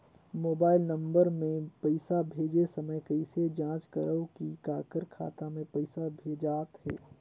Mobile number मे पइसा भेजे समय कइसे जांच करव की काकर खाता मे पइसा भेजात हे?